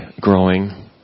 growing